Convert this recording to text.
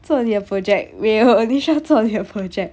做完你的 project 没有你需要做完你的 project